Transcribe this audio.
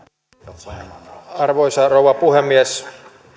arvoisa arvoisa rouva puhemies